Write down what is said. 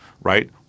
right